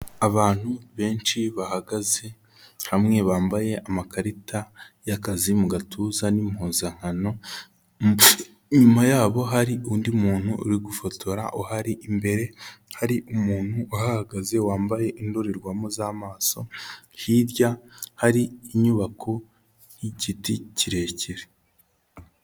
Abantu benshi bahagaze hamwe bambaye amakarita y'akazi mu gatuza n'impuzankano, inyuma yabo hari undi muntu uri gufotora uhari, imbere hari umuntu uhahagaze wambaye indorerwamo z'amaso, hirya hari inyubako y'igiti kirekire.